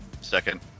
Second